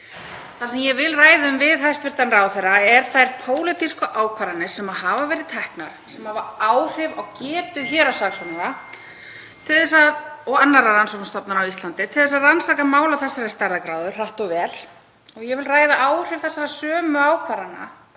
Það sem ég vil ræða við hæstv. ráðherra eru þær pólitísku ákvarðanir sem hafa verið teknar sem hafa áhrif á getu héraðssaksóknara og annarra rannsóknastofnana á Íslandi til að rannsaka mál af þessari stærðargráðu hratt og vel. Ég vil ræða áhrif þessara sömu ákvarðana